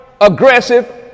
aggressive